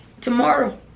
tomorrow